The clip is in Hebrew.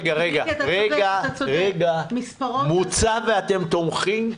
רגע, מוצע ואתם תומכים?